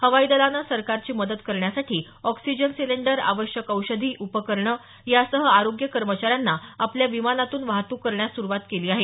हवाई दलानं सरकारची मदत करण्यासाठी ऑक्सिजन सिलिंडर आवश्यक औषधी उपकरणे यासह आरोग्य कर्मचाऱ्यांना आपल्या विमानातून वाहतूक करण्यास सुरुवात केली आहे